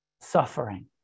suffering